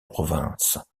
province